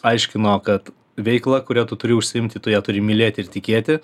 aiškino kad veikla kuria tu turi užsiimti tu ją turi mylėti ir tikėti